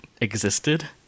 existed